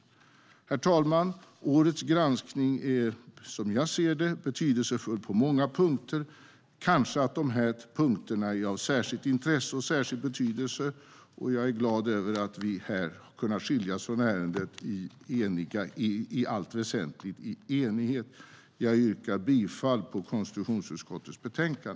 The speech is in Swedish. Herr talman! Årets granskning är som jag ser det betydelsefull på många punkter. Kanske är de här punkterna av särskilt intresse och särskild betydelse. Jag är glad över att vi här har kunnat skiljas från ärendet i allt väsentligt i enighet. Jag yrkar på godkännande av konstitutionsutskottets anmälan.